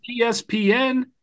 ESPN